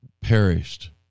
perished